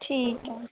ठीक ऐ